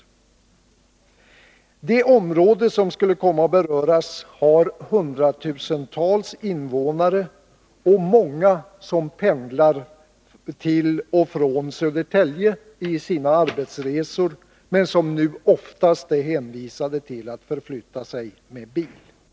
Det område som skulle komma att beröras har hundratusentals invånare och många som pendlar till och från Södertälje i sina arbetsresor, men som nu oftast är hänvisade till att förflytta sig med bil. Herr talman!